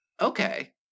Okay